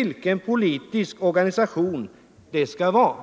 vilken politisk organisation det i så fall skall vara.